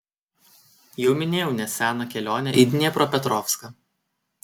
jau minėjau neseną kelionę į dniepropetrovską